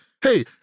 Hey